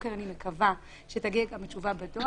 הבוקר אני מקווה שתגיע גם תשובה בדואר.